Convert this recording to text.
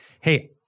Hey